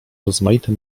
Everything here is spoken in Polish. rozmaite